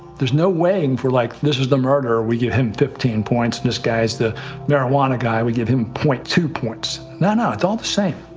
there's no weighing for like, this is the murderer we give him fifteen points. this guy's the marijuana guy we give him point two points no, no, it's all the same.